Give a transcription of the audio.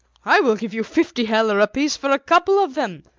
i will give you fifty heller apiece for a couple of them,